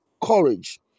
Courage